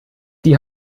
die